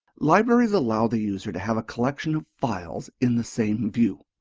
libraries allow the user to have a collection of files in the same view.